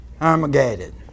Armageddon